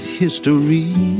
history